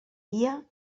dia